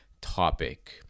topic